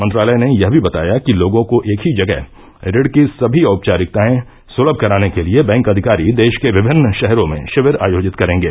मंत्रालय ने यह भी बताया कि लोगों को एक ही जगह ऋण की सभी औपचारिकताएं सुलभ कराने के लिए बैंक अधिकारी देश के विभिन्न शहरों में शिविर आयोजित करेंगे